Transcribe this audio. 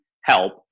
help